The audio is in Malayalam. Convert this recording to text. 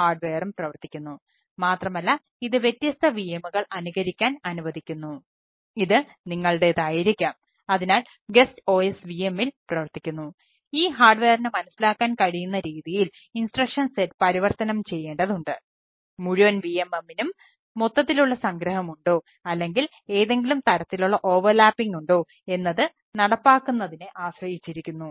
ഉണ്ടോ എന്നത് നടപ്പാക്കുന്നതിനെ ആശ്രയിച്ചിരിക്കുന്നു